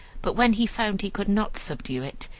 but when he found he could not subdue it,